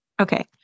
Okay